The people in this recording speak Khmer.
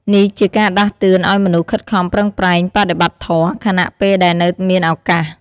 នេះជាការដាស់តឿនឱ្យមនុស្សខិតខំប្រឹងប្រែងបដិបត្តិធម៌ ខណៈពេលដែលនៅមានឱកាស។